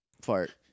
Fart